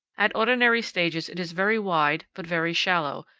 at ordinary stages it is very wide but very shallow,